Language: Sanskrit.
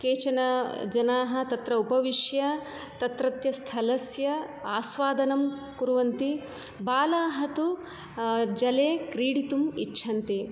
केचन जनाः तत्र उपविश्य तत्रत्यस्थलस्य आस्वादनं कुर्वन्ति बालाः तु जले क्रीडितुम् इच्छन्ति